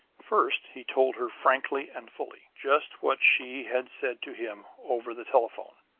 first, he told her frankly and fully, just what she had said to him over the telephone,